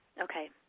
Okay